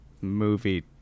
movie